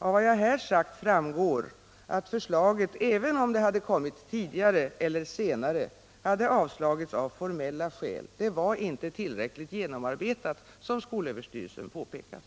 Av vad jag här sagt framgår att förslaget, även om det hade kommit tidigare eller senare, skulle ha avslagits av formella skäl: det var inte tillräckligt genomarbetat, som skolöverstyrelsen påpekat.